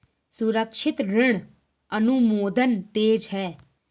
सुरक्षित ऋण अनुमोदन तेज है